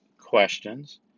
questions